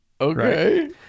okay